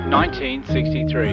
1963